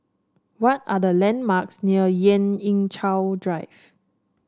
what are the landmarks near Lien Ying Chow Drive